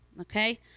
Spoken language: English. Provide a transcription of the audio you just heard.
Okay